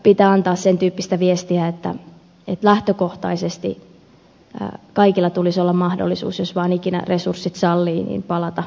pitää antaa sen tyyppistä viestiä että lähtökohtaisesti kaikilla tulisi olla mahdollisuus jos vaan ikinä resurssit sallivat palata työelämään yhtenä